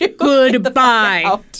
Goodbye